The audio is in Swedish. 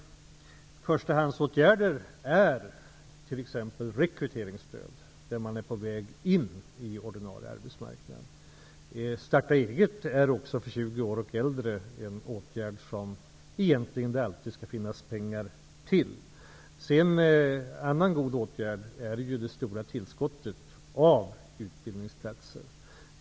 Förstahandsåtgärder är t.ex. rekryteringsstöd, när man är på väg in på ordinarie arbetsmarknad, och starta-eget-bidrag för 20-åringar och äldre, en åtgärd som det egentligen alltid skall finnas pengar till. En annan god åtgärd är det stora tillskottet av utbildningsplatser.